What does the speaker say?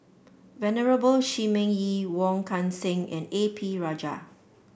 Venerable Shi Ming Yi Wong Kan Seng and A P Rajah